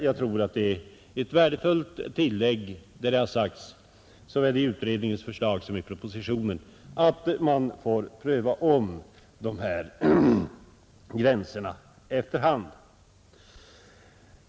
Jag tror att det är ett värdefullt tillägg när det har sagts såväl i utredningens förslag som i propositionen, att man får ompröva dessa gränser efter hand.